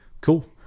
cool